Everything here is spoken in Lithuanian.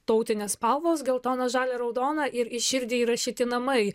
tautinės spalvos geltona žalia ir raudona ir į širdį įrašyti namai